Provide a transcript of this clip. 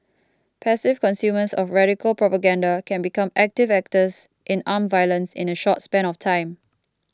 passive consumers of radical propaganda can become active actors in armed violence in a short span of time